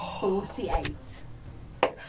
Forty-eight